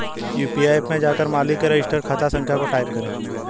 UPI app में जाकर मालिक के रजिस्टर्ड खाता संख्या को टाईप करें